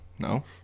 No